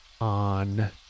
on